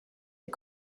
der